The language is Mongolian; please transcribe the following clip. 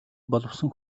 боловсон